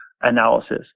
analysis